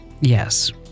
yes